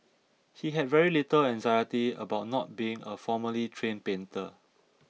he had very little anxiety about not being a formally trained painter